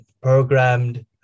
programmed